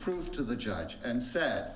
proof to the judge and said